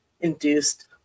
Induced